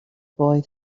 boy